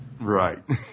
Right